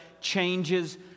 changes